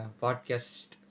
podcast